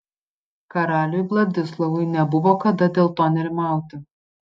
karaliui vladislovui nebuvo kada dėl to nerimauti